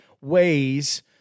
ways